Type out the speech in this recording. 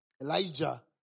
Elijah